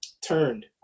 Turned